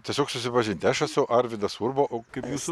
tiesiog susipažinti aš esu arvydas urba o kaip jūsų